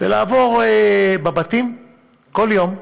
לעבור בבתים כל יום,